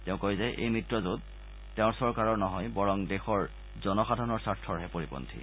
তেওঁ কয় যে এই মিত্ৰজোঁট তেওঁৰ চৰকাৰৰ নহয় বৰং দেশৰ জনসাধাৰণৰ স্বাৰ্থৰহে পৰিপন্থী